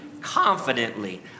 confidently